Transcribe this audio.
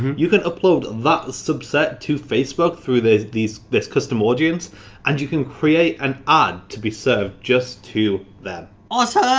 you can upload that sub-set to facebook through this this custom audience and you can create an ad to be served just to them. awesome!